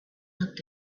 looked